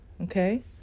okay